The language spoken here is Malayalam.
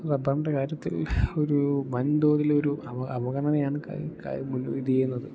റബ്ബറിൻ്റെ കാര്യത്തിൽ ഒരു വൻതോതിലൊരു അവഗണനയാണ് ഇതു ചെയ്യുന്നത്